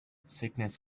sickness